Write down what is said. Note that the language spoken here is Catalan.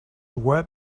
web